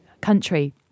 country